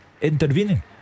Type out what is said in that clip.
Intervening